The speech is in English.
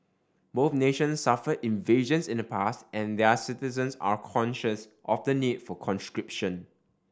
both nations suffered invasions in the past and their citizens are conscious of the need for conscription